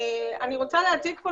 אני רוצה להציג פה,